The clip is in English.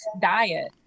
diet